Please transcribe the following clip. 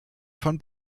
von